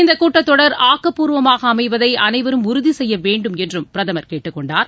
இந்தகூட்டத்தொடர் ஆக்கப்பூர்வமாகஅமைவதைஅனைவரும் உறுதிசெய்யவேண்டும் என்றும் பிரதமர் கேட்டுக்கொண்டார்